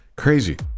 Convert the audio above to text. crazy